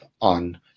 on